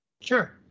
Sure